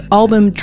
album